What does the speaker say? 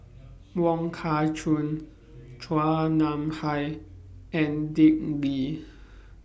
Wong Kah Chun Chua Nam Hai and Dick Lee